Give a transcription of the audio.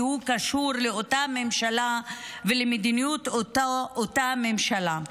כי הוא קשור לאותה ממשלה ולמדיניות של אותה הממשלה.